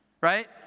right